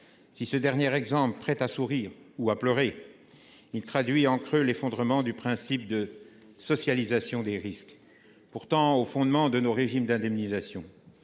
Si cet exemple prête à sourire ou à pleurer, il traduit en creux l’effondrement du principe de socialisation des risques, pourtant au fondement de nos régimes d’indemnisation.